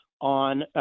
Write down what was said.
on –